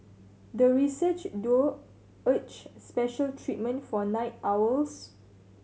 the research duo urged special treatment for night owls